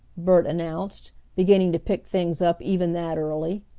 bert announced, beginning to pick things up even that early.